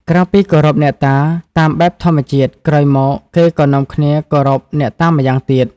ក្រៅពីគោរពអ្នកតាតាមបែបធម្មជាតិ ក្រោយមកគេក៏នាំគ្នាគោរពអ្នកតាម្យ៉ាងទៀត។